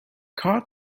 car